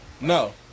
No